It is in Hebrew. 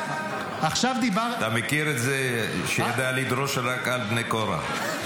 עכשיו דיברתי --- אתה מכיר את זה שיודע לדרוש רק על בני קורח,